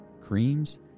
creams